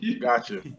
gotcha